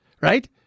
right